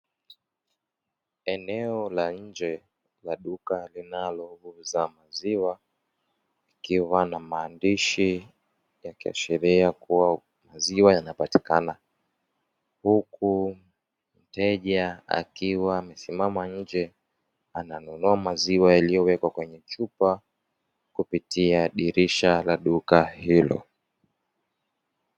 Eneo la nje la duka linalouza maziwa, likiwa na maandishi yakiashiria kuwa maziwa yanapatikana, huku mteja akiwa amesimama nje ananunua maziwa yaliyowekwa kwenye chupa kupitia dirisha la duka hilo.